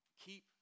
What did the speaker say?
keep